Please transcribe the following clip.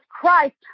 Christ